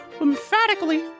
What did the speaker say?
emphatically